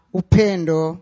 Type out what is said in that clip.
upendo